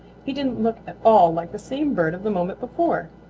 he didn't look at all like the same bird of the moment before.